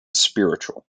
spiritual